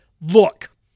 look